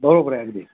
बरोबर आहे अगदी